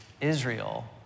Israel